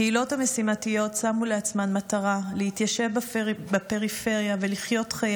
הקהילות המשימתיות שמו לעצמן מטרה להתיישב בפריפריה ולחיות חיי